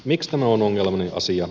miksi tämä on ongelmallinen asia